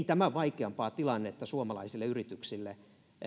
tämän vaikeampaa tilannetta suomalaisille yrityksille